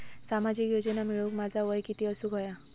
सामाजिक योजना मिळवूक माझा वय किती असूक व्हया?